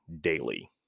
daily